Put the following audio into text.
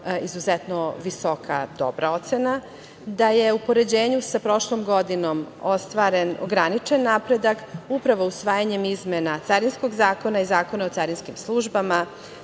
izuzetno dobra ocena, da je u poređenju sa prošlom godinom ostvaren ograničen napredak upravo usvajanjem izmena Carinskog zakona i Zakona o carinskim službama,